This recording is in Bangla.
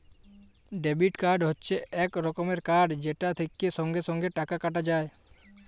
ডেবিট কার্ড হচ্যে এক রকমের কার্ড যেটা থেক্যে সঙ্গে সঙ্গে টাকা কাটা যায়